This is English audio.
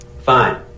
Fine